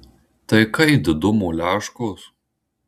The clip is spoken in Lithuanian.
tai kai didumo leškos